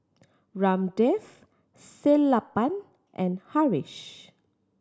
Ramdev Sellapan and Haresh